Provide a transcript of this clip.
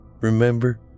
remember